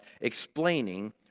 explaining